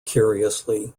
curiously